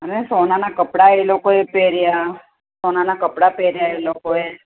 અને સોનાનાં કપડાં એ લોકોએ પહેર્યાં સોનાનાં કપડાં પહેર્યાં એ લોકોએ